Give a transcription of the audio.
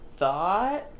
thought